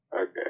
Okay